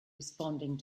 responding